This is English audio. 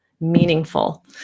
meaningful